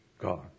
God